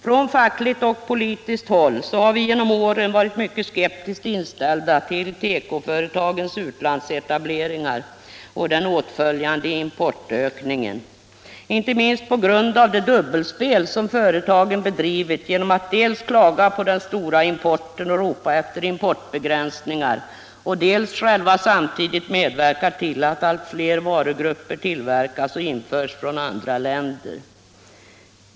Från fackligt och politiskt håll har vi genom åren varit mycket skeptiskt inställda till tekoföretagens utlandsetableringar och den åtföljande importökningen, inte minst på grund av det dubbelspel som företagen bedrivit genom att dels klaga på den stora importen och ropa efter importbegränsningar, dels själva samtidigt medverka till att allt fler varugrupper tillverkas och införs från andra länder.